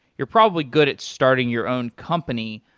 you're probably good at starting your own company.